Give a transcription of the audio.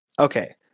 okay